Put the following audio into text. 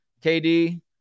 KD